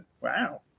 Wow